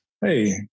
Hey